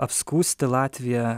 apskųsti latviją